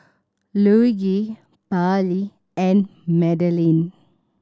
Luigi Pallie and Madeleine